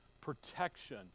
protection